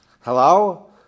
Hello